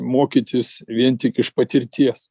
mokytis vien tik iš patirties